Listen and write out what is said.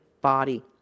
body